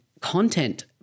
content